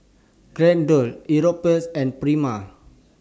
Geraldton Europace and Prima